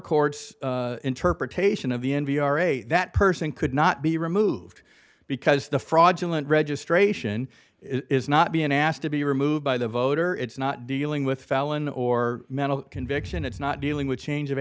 court's interpretation of the n p r a that person could not be removed because the fraudulent registration is not being asked to be removed by the voter it's not dealing with felon or mental conviction it's not dealing with change of